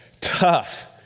Tough